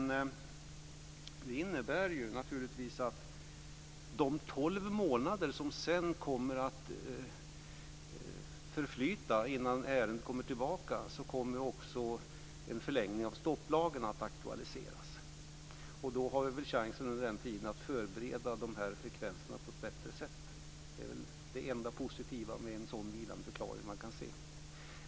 Det innebär naturligtvis att under de tolv månader som kommer att förflyta innan ärendet kommer tillbaka kommer också en förlängning av stopplagen att aktualiseras. Under den tiden har vi väl möjlighet att förbereda de här frekvenserna på ett bättre sätt. Det är väl det enda positiva som man kan se med en sådan här vilandeförklaring.